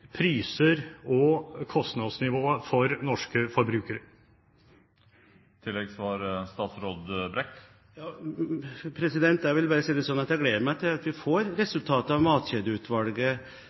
og kostnadsnivået for norske forbrukere? Jeg vil bare si at jeg gleder meg til vi får resultatet av